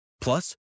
Plus